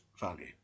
value